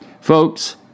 Folks